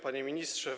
Panie Ministrze!